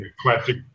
Classic